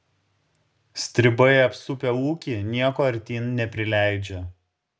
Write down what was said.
stribai apsupę ūkį nieko artyn neprileidžia